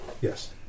Yes